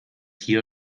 hier